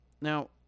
now